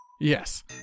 Yes